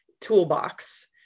toolbox